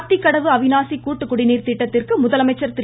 அத்திக்கடவு அவிநாசி கூட்டுக்குடிநீர் திட்டத்திற்கு முதலமைச்சர் திரு